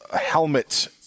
helmet